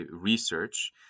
research